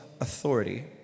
authority